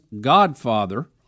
godfather